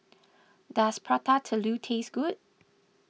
does Prata Telur taste good